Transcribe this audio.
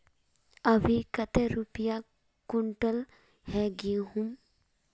अभी कते रुपया कुंटल है गहुम?